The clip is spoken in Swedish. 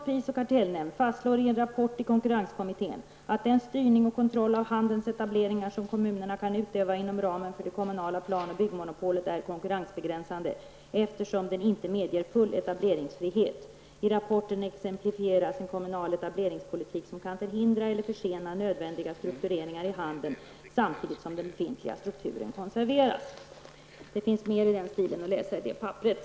Där står: ''SPK fastslår i en rapport till konkurrenskommittén att den styrning och kontroll av handelns etableringar som kommunerna kan utöva inom ramen för det kommunala plan och byggmonopolet är konkurrensbegränsande, eftersom den inte medger full etableringsfrihet. I rapporten exemplifieras en kommunal etableringspolitik som kan förhindra eller försena nödvändiga omstruktureringar i handeln samtidigt som den befintliga strukturen konserveras.'' Det finns mer i den stilen att läsa i det nyhetsbrevet.